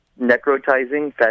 Necrotizing